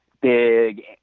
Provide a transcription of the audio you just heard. big